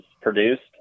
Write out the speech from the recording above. produced